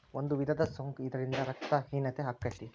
ಒಂದು ವಿಧದ ಸೊಂಕ ಇದರಿಂದ ರಕ್ತ ಹೇನತೆ ಅಕ್ಕತಿ